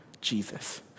Jesus